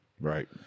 Right